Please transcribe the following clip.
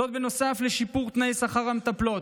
זאת, נוסף לשיפור תנאי השכר של המטפלות,